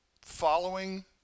Following